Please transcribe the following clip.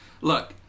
Look